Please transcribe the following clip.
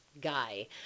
guy